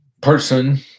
person